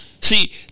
See